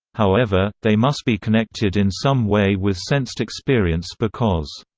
however, they must be connected in some way with sensed experience because,